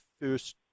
first